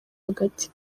hagati